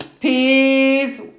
peace